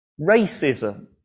racism